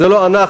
זה לא אנחנו.